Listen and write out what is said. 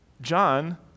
John